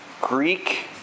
Greek